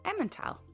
emmental